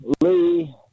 Lee